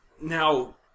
Now